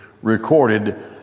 recorded